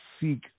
seek